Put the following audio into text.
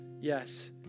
yes